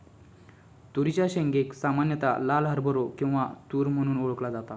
तुरीच्या शेंगेक सामान्यता लाल हरभरो किंवा तुर म्हणून ओळखला जाता